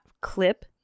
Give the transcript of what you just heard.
clip